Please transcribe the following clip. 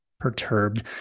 perturbed